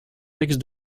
texte